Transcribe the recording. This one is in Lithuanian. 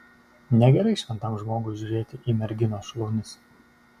negerai šventam žmogui žiūrėti į merginos šlaunis